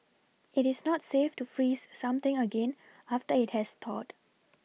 it is not safe to freeze something again after it has thawed